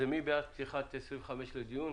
מי בעד פתיחת סעיף 25 לדיון?